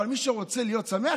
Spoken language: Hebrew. אבל מי שרוצה להיות שמח,